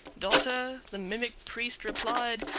daughter, the mimic priest replied,